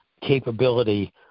capability